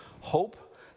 Hope